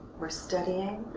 we're studying.